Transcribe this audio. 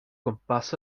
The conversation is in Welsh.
gwmpas